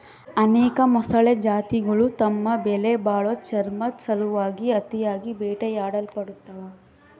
ಅನೇಕ ಮೊಸಳೆ ಜಾತಿಗುಳು ತಮ್ಮ ಬೆಲೆಬಾಳೋ ಚರ್ಮುದ್ ಸಲುವಾಗಿ ಅತಿಯಾಗಿ ಬೇಟೆಯಾಡಲ್ಪಡ್ತವ